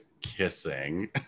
kissing